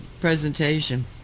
presentation